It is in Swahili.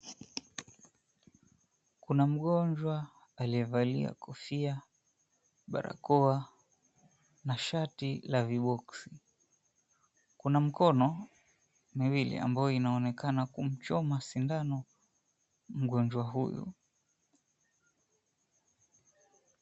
Kuna mgonjwa aliyevalia kofia, barakoa na shati la viboxi. Kuna mikono miwili ambayo inaonekana kumchoma sindano mgonjwa huyu.